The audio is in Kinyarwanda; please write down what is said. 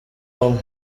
bamwe